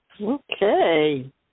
Okay